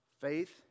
Faith